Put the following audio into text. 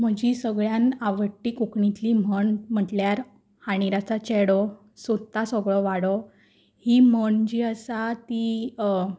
म्हजी सगल्यान आवडटी कोंकणींतली म्हण म्हटल्यार हांडीर आसा चेडो सोदता सगलो वाडो ही म्हण जी आसा ती